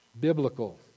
biblical